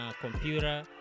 computer